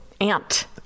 Ant